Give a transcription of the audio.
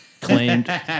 Claimed